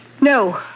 No